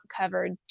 covered